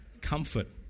Comfort